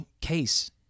case